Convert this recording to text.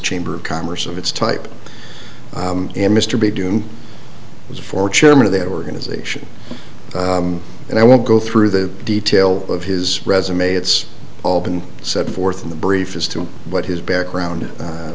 chamber of commerce of its type and mr be doing this for chairman of that organization and i won't go through the detail of his resume it's all been set forth in the brief as to what his background